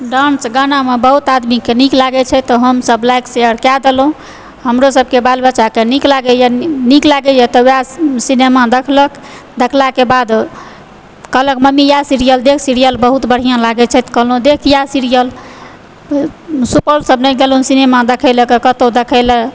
dance गाना मे बहुत आदमीके नीक लागै छै तऽ हमसभ लाइक शेयर कय देलहुॅं हमरो सबके बाल बच्चा के नीक लागैया नीक लागैया तऽ वएह सिनेमा देखलक देखलाके बाद कहलक मम्मी इएह सीरियल देख सीरियल बहुत बढ़िऑं लागए छै कहलहुॅं देखलियऽ सीरियल सुपौल सऽ नहि गेलहुॅं सिनेमा देखेलै कत्तौ देखै लए